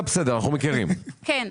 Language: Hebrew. אנחנו עדיין במחירים יחסית נמוכים,